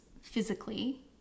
physically